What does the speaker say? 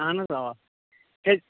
اَہَن حظ اَوا کیٛازِ